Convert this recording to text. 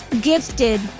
gifted